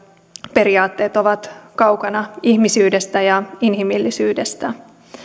periaatteet ovat kaukana ihmisyydestä ja inhimillisyydestä